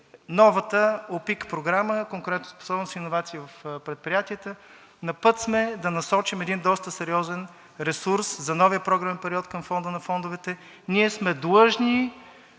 новата ОПИК програма „Конкурентоспособност и иновации в предприятията“. На път сме да насочим един доста сериозен ресурс за новия програмен период към Фонда на фондовете. Ние сме длъжни